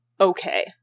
okay